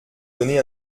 donné